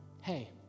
hey